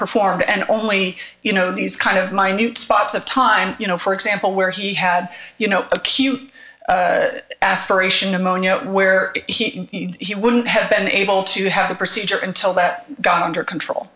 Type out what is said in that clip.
performed and only you know these kind of minute spots of time you know for example where he had you know acute aspiration pneumonia where he wouldn't have been able to have the procedure until that got under control